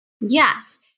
Yes